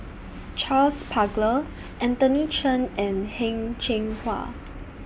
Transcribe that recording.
Charles Paglar Anthony Chen and Heng Cheng Hwa